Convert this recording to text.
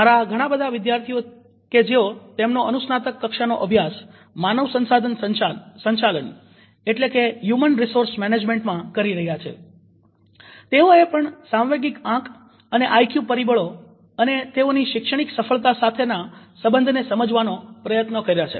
મારા ઘણાબધા વિદ્યાર્થીઓ કે જેઓ તેમનો અનુસ્નાતક કક્ષાનો અભ્યાસ માનવ સંસાધન સંચાલન માં કરી રહ્યા છે તેઓએ પણ સાંવેગિક આંક અને આઈક્યુ પરિબળો અને તેઓની શૈક્ષણિક સફળતા સાથેના સબંધને સમજવાના પ્રયત્નો કર્યા છે